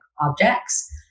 objects